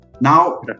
Now